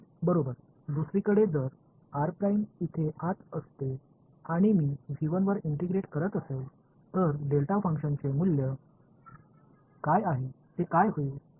prime बरोबर दुसरीकडे जर r' इथे आत असते आणि मी वर इंटिग्रेट करत असेल तर डेल्टा फंक्शनचे काय मूल्य आहे ते काय होईल